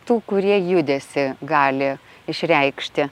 tų kurie judesį gali išreikšti